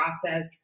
process